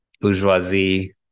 bourgeoisie